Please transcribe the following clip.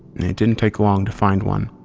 it didn't take long to find one.